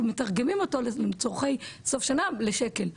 ומתרגמים אותו לצרכי סוף שנה לשקל.